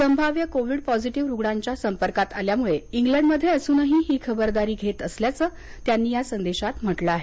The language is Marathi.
संभाव्य कोविड पॉझिटिव्ह रुग्णांच्या संपर्कात आल्यामुळे इंग्लंडमध्ये असूनही ही खबरदारी घेत असल्याचं त्यांनी या संदेशात म्हटलं आहे